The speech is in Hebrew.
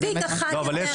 מספיק אחת יותר מדי.